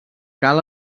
cal